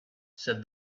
said